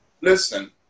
Listen